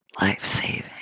life-saving